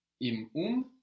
Im-um